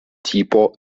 tipo